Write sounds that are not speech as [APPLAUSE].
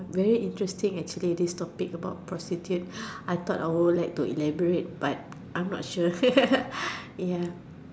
very interesting actually this topic about prostitute I thought I would like to elaborate but I am not sure [LAUGHS] ya